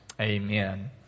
Amen